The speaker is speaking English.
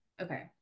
okay